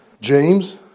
James